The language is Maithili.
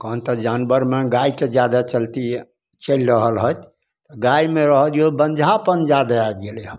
तहन तऽ जानवरमे गायके जादा चलती यऽ चलि रहल हत गायमे रहऽ दियौ बन्झापन जादा आबि गेलय हँ